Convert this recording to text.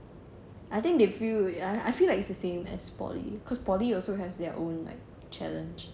I think they feel I feel like it's as poly cause poly also has their own like challenge